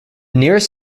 nearest